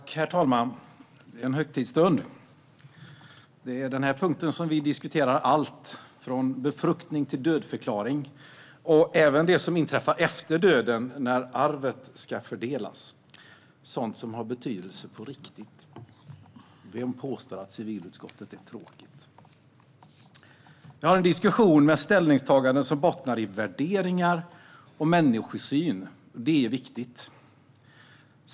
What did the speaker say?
Herr talman! En högtidsstund! Det är under den här punkten vi diskuterar allt, från befruktning till dödförklaring, och även det som inträffar efter döden när arvet ska fördelas - sådant som har betydelse på riktigt. Vem påstår att civilutskottet är tråkigt? Vi har en diskussion med ett ställningstagande som bottnar i värderingar och människosyn; det är viktigt.